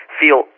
feel